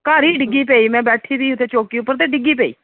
घर गै डिग्गी पेई मैं बैठे दी ही चोंकी पर ते डिग्गी पेई